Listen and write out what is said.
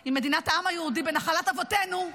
היא מדינת העם היהודי בנחלת אבותינו.